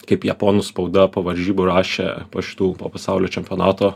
kaip japonų spauda po varžybų rašė po šitų po pasaulio čempionato